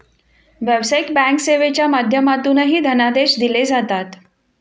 व्यावसायिक बँक सेवेच्या माध्यमातूनही धनादेश दिले जातात